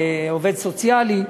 עובד סוציאלי,